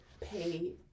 pay